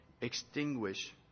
extinguish